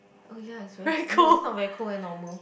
oh ya it's very no it's not very cold eh normal